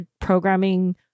programming